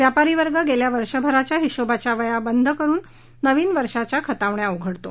व्यापारी वर्ग गेल्या वर्षभराच्या हिशेबाच्या वह्या बंद करुन नवीन वर्षाच्या खतावण्या उघडतो